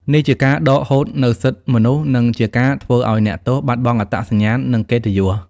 នេះជាការដកហូតនូវសិទ្ធិមនុស្ស និងជាការធ្វើឱ្យអ្នកទោសបាត់បង់អត្តសញ្ញាណ និងកិត្តិយស។